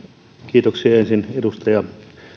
kiitoksia ensin edustaja